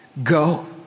Go